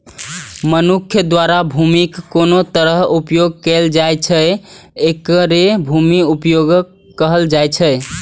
मनुक्ख द्वारा भूमिक कोन तरहें उपयोग कैल जाइ छै, एकरे भूमि उपयोगक कहल जाइ छै